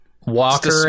walker